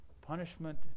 punishment